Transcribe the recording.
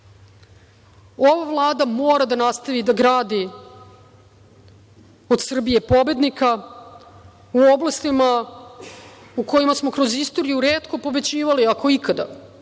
Vlada mora da nastavi da gradi od Srbije pobednika u oblastima u kojima smo kroz istoriju retko pobeđivali, ako ikada,